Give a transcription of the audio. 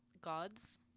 God's